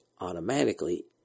automatically